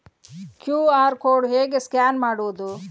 QR code ಹೇಗೆ scan ಮಾಡುವುದು?